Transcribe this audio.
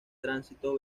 tránsito